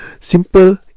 simple